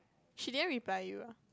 she didn't reply you ah